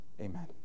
Amen